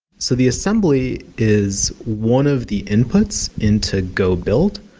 so the assembly is one of the inputs into go build.